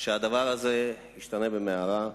שהדבר הזה ישתנה במהרה,